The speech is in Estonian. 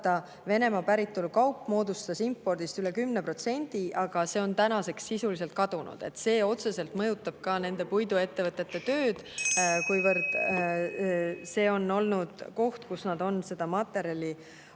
Venemaa päritolu kaup moodustas impordist üle 10%, aga see on tänaseks sisuliselt kadunud. See otseselt mõjutab ka puiduettevõtete tööd, kuivõrd see on olnud koht, kust nad on ostnud materjali.